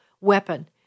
weapon